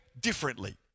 differently